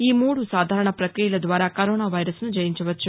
ఈ మూడు సాధారణ పక్రియల ద్వారా కరోనా వైరస్ను జయించవచ్చు